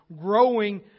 growing